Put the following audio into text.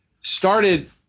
started